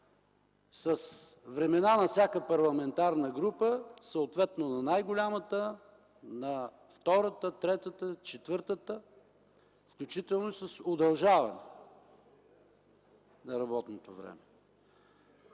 с време на всяка парламентарна група, съответно на най-голямата, на втората, третата, четвъртата, включително с удължаване на работното време.